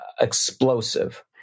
explosive